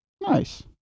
Nice